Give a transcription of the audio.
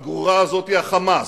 הגרורה הזאת היא ה"חמאס".